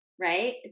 right